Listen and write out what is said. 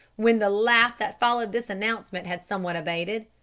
when the laugh that followed this announcement had somewhat abated.